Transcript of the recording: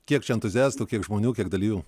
kiek čia entuziastų kiek žmonių kiek dalyvių